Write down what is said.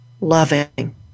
loving